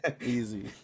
Easy